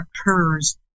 occurs